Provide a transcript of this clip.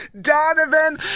Donovan